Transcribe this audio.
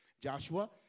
Joshua